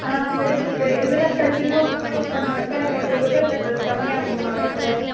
ஆ சரி டாக்டர் இதுலாம் கன்டினியூவாக ப்ரொவைட்பண்ணாக்க எனக்கு சுகர் லெவல் கம்மியாகுமா டாக்டர்